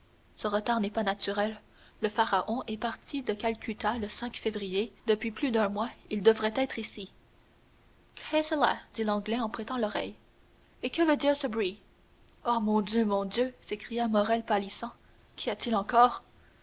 ce retard n'est pas naturel le pharaon est parti de calcutta le février depuis plus d'un mois il devrait être ici qu'est cela dit l'anglais en prêtant l'oreille et que veut dire ce bruit ô mon dieu mon dieu s'écria morrel pâlissant qu'y a-t-il encore